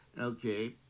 okay